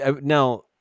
Now